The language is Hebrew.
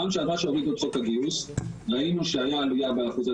בפעם שעברה שהורידו את חוק הגיוס ראינו שהייתה עליה באחוזי